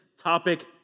topic